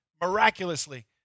miraculously